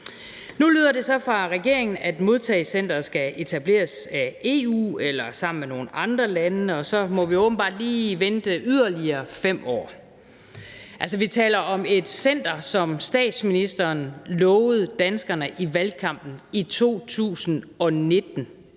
Nu lyder det så fra regeringen, at modtagecenteret skal etableres af EU eller sammen med nogle andre lande, og så må vi åbenbart lige vente yderligere 5 år. Altså, vi taler om et center, som statsministeren lovede danskerne i valgkampen i 2019.